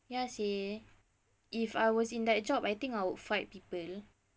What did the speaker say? ya seh if I was in that job I think I would fight people